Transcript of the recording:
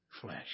flesh